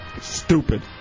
Stupid